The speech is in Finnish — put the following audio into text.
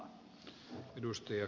herra puhemies